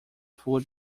food